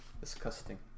Disgusting